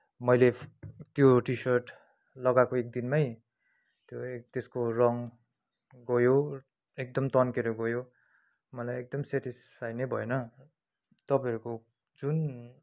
मैले त्यो T shirt लगाएको एकदिनमै त्यो त्यसको रङ् गयो एकदम तन्केर गयो मलाई एकदम सेटिसफाइ नै भएन तपाईँहरूको जुन